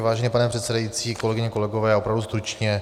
Vážený pane předsedající, kolegyně, kolegové, opravdu stručně.